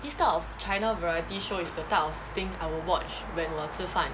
this type of china variety show is the type of thing I will watch when 我吃饭